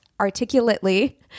articulately